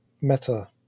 Meta